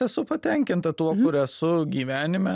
esu patenkinta tuo kur esu gyvenime